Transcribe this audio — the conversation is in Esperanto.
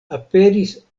aperis